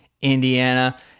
Indiana